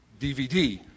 DVD